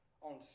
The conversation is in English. on